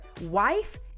wife